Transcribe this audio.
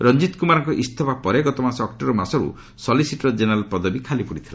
ରଞ୍ଜିତ କୁମାରଙ୍କର ଇସ୍ତଫା ପରେ ଗତମାସ ଅକ୍ଟୋବର ମାସରୁ ସଲିସିଟର ଜେନେରାଲ ପଦବୀ ଖାଲି ପଡିଥିଲା